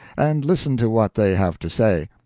and listen to what they have to say.